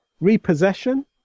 Repossession